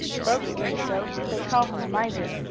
folks think so. they call him a miser.